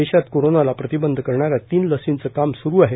देशात कोरोनाला प्रतिबंध करणाऱ्या तीन लसींचं काम स्रु आहे